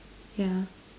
yeah